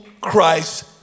Christ